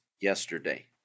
yesterday